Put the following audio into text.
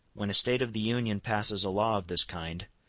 when a state of the union passes a law of this kind,